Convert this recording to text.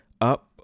up